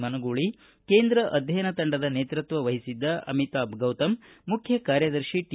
ಮನಗೂಳಿ ಕೇಂದ್ರ ಅಧ್ಯಯನ ತಂಡದ ನೇತೃತ್ವದ ವಹಿಸಿದ್ದ ಅಮಿತಾಬ್ ಗೌತಮ್ ಮುಖ್ಯ ಕಾರ್ಯದರ್ಶಿ ಟಿ